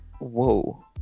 Whoa